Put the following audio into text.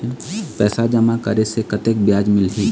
पैसा जमा करे से कतेक ब्याज मिलही?